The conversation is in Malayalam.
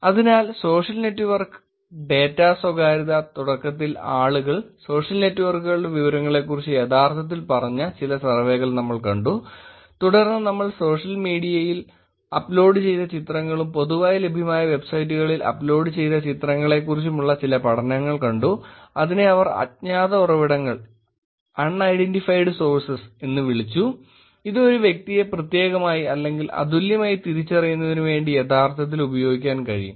അതിനാൽ സോഷ്യൽ നെറ്റ്വർക്ക് ഡാറ്റ സ്വകാര്യത തുടക്കത്തിൽ ആളുകൾ സോഷ്യൽ നെറ്റ്വർക്കുകളുടെ വിവരങ്ങളെക്കുറിച്ച് യഥാർത്ഥത്തിൽ പറഞ്ഞ ചില സർവേകൾ നമ്മൾ കണ്ടു തുടർന്ന് നമ്മൾ സോഷ്യൽ മീഡിയയിൽ അപ്ലോഡുചെയ്ത ചിത്രങ്ങളും പൊതുവായി ലഭ്യമായ വെബ്സൈറ്റുകളിൽ അപ്ലോഡ് ചെയ്ത ചിത്രങ്ങളെക്കുറിച്ചുമുള്ള ചില പഠനങ്ങൾ കണ്ടു അതിനെ അവർ അജ്ഞാത ഉറവിടങ്ങൾ എന്ന് വിളിച്ചു ഇത് ഒരു വ്യക്തിയെ പ്രത്യേകമായി അല്ലെങ്കിൽ അതുല്യമായി തിരിച്ചറിയുന്നതിനു വേണ്ടി യഥാർത്ഥത്തിൽ ഉപയോഗിക്കാൻ കഴിയും